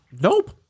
Nope